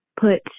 put